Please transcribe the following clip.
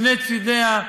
משני צדיה,